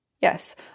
yes